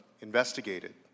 investigated